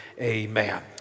amen